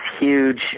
huge